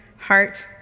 heart